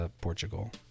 Portugal